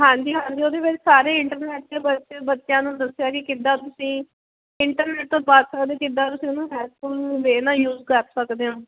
ਹਾਂਜੀ ਹਾਂਜੀ ਉਹਦੇ ਵਿੱਚ ਸਾਰੇ ਇੰਟਰਨੈਟ ਬੱਚਿਆਂ ਨੂੰ ਦੱਸਿਆ ਵੀ ਕਿੱਦਾਂ ਤੁਸੀਂ ਇੰਟਰਨੈਟ ਤੋਂ ਬਚ ਸਕਦੇ ਕਿਦਾਂ ਤੁਸੀਂ ਉਹਨੂੰ ਹੈਲਪਫੁੱਲ ਵੇਅ ਨਾਲ ਯੂਜ ਕਰ ਸਕਦੇ ਹੋ